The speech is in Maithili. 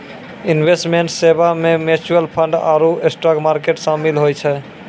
इन्वेस्टमेंट सेबा मे म्यूचूअल फंड आरु स्टाक मार्केट शामिल होय छै